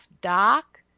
doc